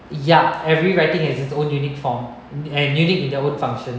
ya every writing has its own unique form and unique in their own function